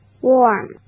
Warm